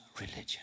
religion